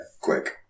Quick